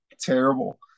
terrible